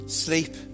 sleep